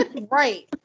Right